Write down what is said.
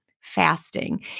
Fasting